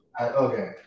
okay